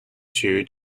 two